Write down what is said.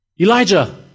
Elijah